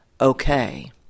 okay